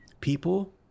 People